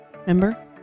remember